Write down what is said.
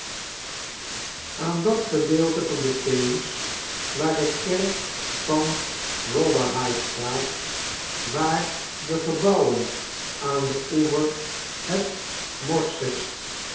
aan dat gedeelte van den theems waar de kerk van rotherhite staat waar de gebouwen aan den oever het